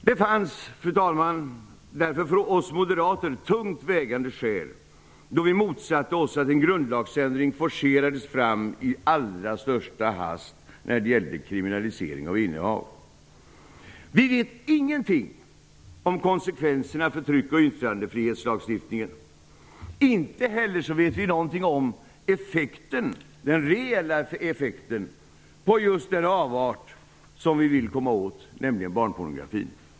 Vi moderater hade därför, fru talman, tungt vägande skäl då vi motsatte oss att en grundlagsändring beträffande kriminalisering och innehav forcerades fram i allra högsta hast. Vi vet ingenting om konsekvenserna för tryck och yttrandefrihetslagstiftningen, inte heller vet vi något om den reella effekten på den avart som vi vill komma åt, nämligen barnpornografin.